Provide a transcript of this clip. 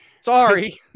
sorry